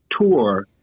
tour